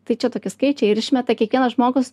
tai čia tokie skaičiai ir išmeta kiekvienas žmogus